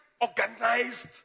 organized